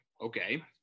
Okay